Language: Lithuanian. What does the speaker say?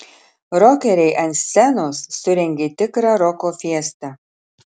rokeriai ant scenos surengė tikrą roko fiestą